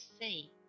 see